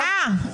נו באמת.